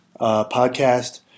podcast